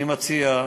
אני מציע,